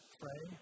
pray